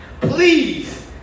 Please